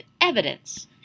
evidence